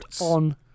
on